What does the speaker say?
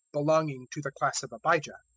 belonging to the class of abijah.